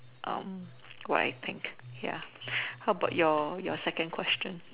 what I think ya how about your your second question